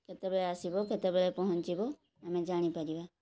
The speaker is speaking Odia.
କେତେବେଳେ ଆସିବ କେତେବେଳେ ପହଞ୍ଚିବ ଆମେ ଜାଣିପାରିବା